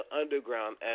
Underground